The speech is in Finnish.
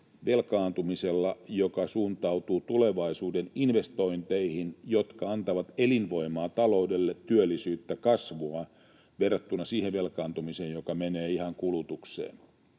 velkaantumisessa, joka suuntautuu tulevaisuuden investointeihin, jotka antavat elinvoimaa taloudelle, työllisyyttä ja kasvua, verrattuna siihen velkaantumiseen, joka menee ihan kulutukseen.